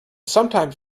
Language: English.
sometimes